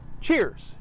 cheers